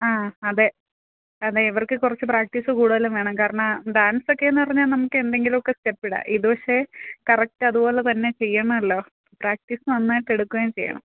ആ അതെ അതെ ഇവർക്ക് കുറച്ചു പ്രാക്റ്റീസ് കൂടുതലും വേണം കാരണം ഡാൻസൊക്കെ എന്നു പറഞ്ഞാൽ നമുക്ക് എന്തെങ്കിലുമൊക്കെ സ്റ്റെപ്പ് ഇടാം ഇത് പക്ഷേ കറക്റ്റ് അതുപോലെ തന്നെ ചെയ്യണമല്ലോ പ്രാക്റ്റീസ് നന്നായിട്ട് എടുക്കുകയും ചെയ്യണം